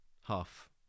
half